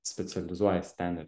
specializuojasi ten ir